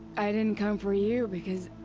i didn't come for you, because.